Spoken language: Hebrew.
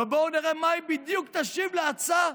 בואו נראה מה היא בדיוק תשיב על ההצעה,